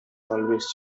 always